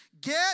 Get